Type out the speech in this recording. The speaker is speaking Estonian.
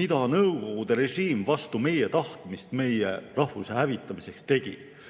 mida Nõukogude režiim vastu meie tahtmist meie rahvuse hävitamiseks tegi.